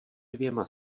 dvěma